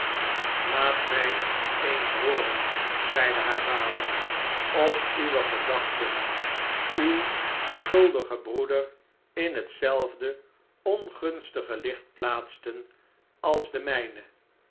laat mij eens hooren zeide haar vader of uwe gedachten uw schuldigen broeder in hetzelfde ongunstige licht plaatsen als de mijne